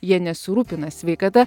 jie nesirūpina sveikata